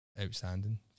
outstanding